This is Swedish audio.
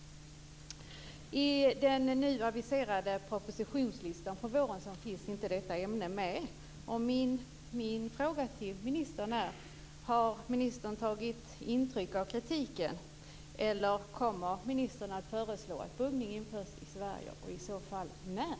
I den nu aviserade propositionslistan för våren finns inte detta ämne med. Min fråga till ministern är: Har ministern tagit intryck av kritiken, eller kommer ministern att föreslå att buggning införs i Sverige och i så fall när?